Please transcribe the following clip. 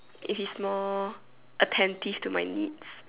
if he's more attentive to my needs